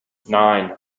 nine